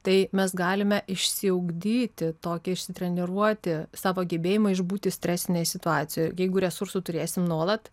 tai mes galime išsiugdyti tokį išsitreniruoti savo gebėjimą išbūti stresinėje situacijoje jeigu resursų turėsim nuolat